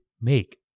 make